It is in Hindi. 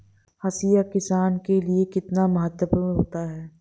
हाशिया किसान के लिए कितना महत्वपूर्ण होता है?